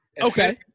Okay